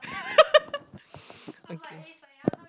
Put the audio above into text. okay